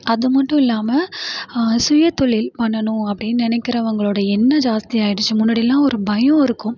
அது மட்டும் இல்லாமல் சுயதொழில் பண்ணனும் அப்படின்னு நினக்குறவங்களோடைய எண்ணம் ஜாஸ்த்தி ஆயிடுச்சு முன்னாடிலாம் ஒரு பயம் இருக்கும்